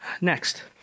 Next